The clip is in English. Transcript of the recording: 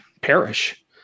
perish